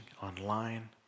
online